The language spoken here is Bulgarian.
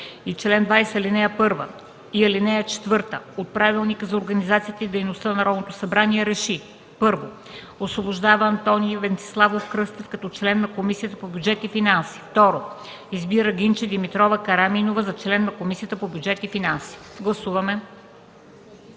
7, чл. 20, ал. 1 и ал. 4 от Правилника за организацията и дейността на Народното събрание РЕШИ: 1. Освобождава Антоний Венциславов Кръстев като член на Комисията по бюджет и финанси. 2. Избира Гинче Димитрова Караминова за член на Комисията по бюджет и финанси.” Гласуваме.